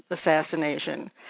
assassination